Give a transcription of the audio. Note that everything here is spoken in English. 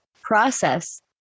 process